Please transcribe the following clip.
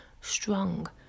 strong